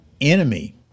enemy